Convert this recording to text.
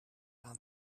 aan